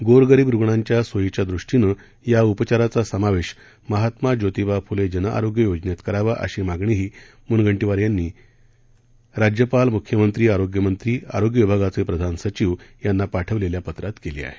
गोरगरीब रूग्णांच्या सोयीच्या दृष्टीनं या उपचाराचा समावेश महात्मा ज्योतीबा फुले जनआरोग्य योजनेत करावा अशी मागणी मुनगंटीवार यांनी राज्य राज्यपाल मुख्यमंत्री आरोग्यमंत्री आरोग्य विभागाचे प्रधान सचिव यांना पाठवलेल्या पत्रात केली आहे